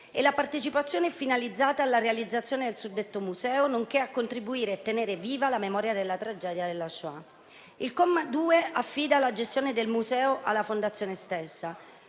e la partecipazione è finalizzata alla realizzazione del suddetto museo, nonché a contribuire a tenere viva la memoria della tragedia della Shoah. Il comma 2 affida la gestione del Museo alla Fondazione stessa.